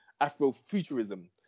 Afrofuturism